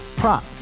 prop